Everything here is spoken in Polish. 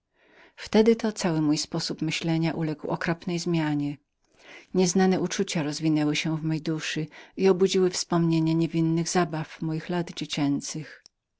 wtedy to cały mój sposób myślenia uległ okropnej zmianie nieznane uczucia rozwijając się w mej duszy obudziły we mnie wspomnienia niewinnych zabaw moich lat dziecinnych